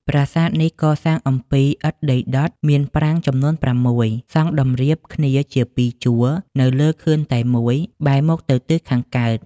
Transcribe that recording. ប្រាសាទនេះកសាងអំពី ឥដ្ឋដីដុត មានប្រាង្គចំនួន ៦ សង់តម្រៀបគ្នាជាពីរជួរ នៅលើខឿនតែមួយ បែរមុខទៅទិសខាងកើត។